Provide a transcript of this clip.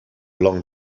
along